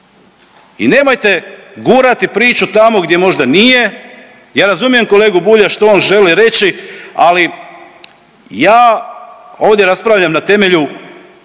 I nemojte gurati priču tamo gdje možda nije, ja razumijem kolegu Bulja što on želi reći, ali ja ovdje raspravljam na temelju